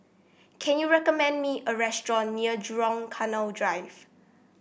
can you recommend me a restaurant near Jurong Canal Drive